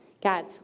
God